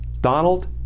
Donald